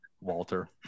Walter